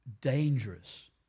dangerous